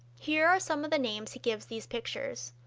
here are some of the names he gives these pictures,